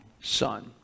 son